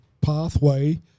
pathway